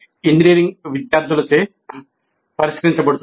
engineering విద్యార్థులచే పరిష్కరించబడుతుంది